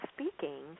speaking